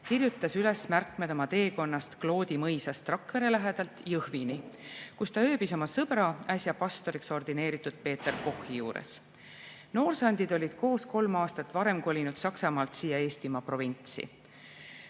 kirjutas üles märkmed oma teekonnast Kloodi mõisast Rakvere lähedalt Jõhvini, kus ta ööbis oma sõbra, äsja pastoriks ordineeritud Peter Kochi juures. Noorsandid olid koos kolm aastat varem kolinud Saksamaalt siia Eestimaa provintsi.